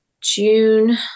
june